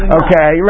okay